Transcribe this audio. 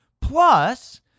Plus